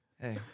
Hey